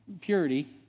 purity